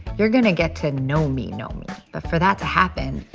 you're gonna get to know me know me. but for that to happen,